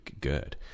good